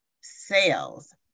sales